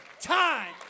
time